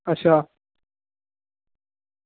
अच्छा